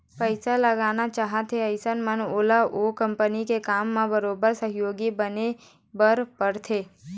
पइसा लगाना चाहथे अइसन म ओला ओ कंपनी के काम म बरोबर सहयोगी बने बर परथे